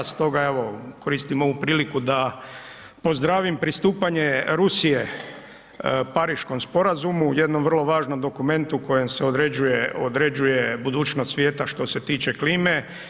Stoga evo koristim ovu priliku da pozdravim pristupanje Rusije Pariškom sporazumu, jednom vrlo važnom dokumentu kojim se određuje budućnost svijeta što se tiče klime.